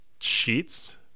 sheets